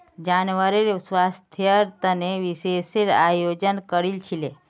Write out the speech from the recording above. जानवरेर स्वास्थ्येर तने शिविरेर आयोजन करील छिले